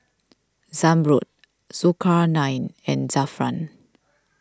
Zamrud Zulkarnain and Zafran